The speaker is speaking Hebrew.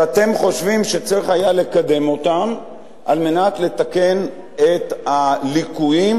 שאתם חושבים שצריך היה לקדם אותן כדי לתקן את הליקויים